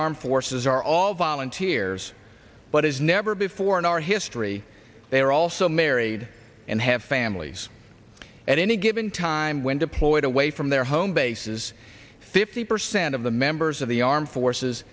armed forces are all volunteers but as never before in our history they were also married and have families at any given time when deployed away from their home bases fifty percent of the members of the armed forces